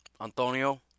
Antonio